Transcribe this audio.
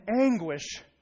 anguish